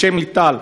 בשם ליטל,